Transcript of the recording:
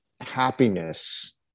happiness